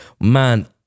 Man